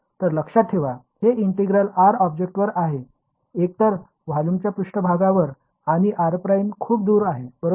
तर लक्षात ठेवा हे ईंटेग्रेल r ऑब्जेक्टवर आहे एकतर व्हॉल्यूमच्या पृष्ठभागावर आणि r' खूप दूर आहे बरोबर